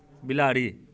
बिलाड़ि